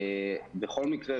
בכל מקרה,